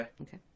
Okay